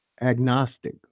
agnostic